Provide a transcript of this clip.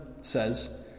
says